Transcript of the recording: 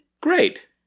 Great